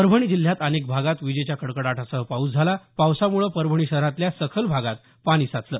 परभणी जिल्ह्यात अनेक भागात विजेच्या कडकडाटासह पाऊस झाला पावसामुळे परभणी शहरातल्या सखल भागात पाणी साचलं